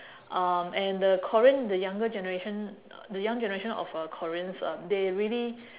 um and the korean the younger generation the young generation of uh koreans they really